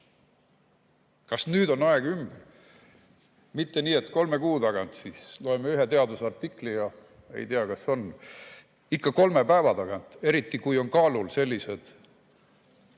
Kas nüüd on aeg ümber? Mitte nii, et kolme kuu tagant siis loeme ühe teadusartikli ja ei tea, kas on. Ikka kolme päeva tagant, eriti kui on kaalul sellised